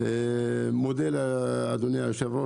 אני היום בן 69,